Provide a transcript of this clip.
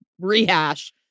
rehash